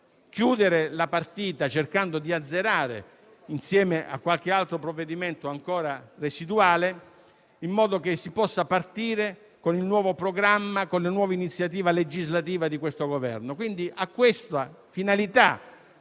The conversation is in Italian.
chiudere la partita, cercando di azzerare il pregresso, insieme a qualche altro provvedimento ancora residuale, in modo che si potesse partire con il nuovo programma e con le nuove iniziative legislative del Governo.